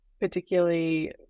particularly